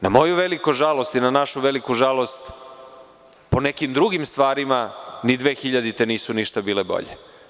Na moju veliku žalost i na našu veliku žalost po nekim drugim stvarima ni 2000-te nisu ništa bile bolje.